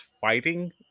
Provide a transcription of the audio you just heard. fighting